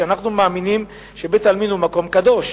ואנחנו מאמינים שבית-העלמין הוא מקום קדוש?